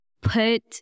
put